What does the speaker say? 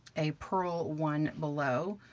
a purl one below.